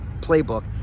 playbook